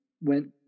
went